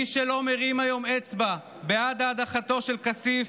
מי שלא מרים היום אצבע בעד הדחתו של כסיף,